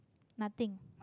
nothing